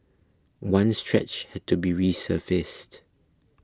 one stretch had to be resurfaced